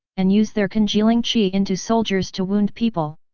and use their congealing qi into soldiers to wound people!